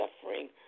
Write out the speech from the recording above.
suffering